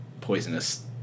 poisonous